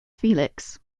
felix